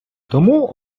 тому